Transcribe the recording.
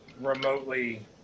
remotely